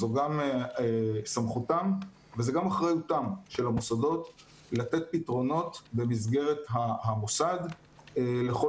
זו גם סמכותם וזו גם אחריותם של המוסדות לתת פתרונות במסגרת המוסד לכל